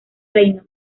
reino